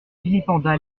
vilipenda